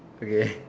okay